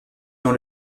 dans